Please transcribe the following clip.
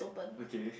okay